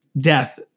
death